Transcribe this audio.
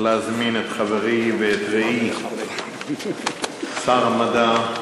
להזמין את חברי ורעי שר המדע,